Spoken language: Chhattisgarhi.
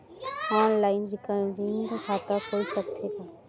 ऑनलाइन रिकरिंग खाता खुल सकथे का?